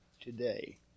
today